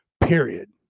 period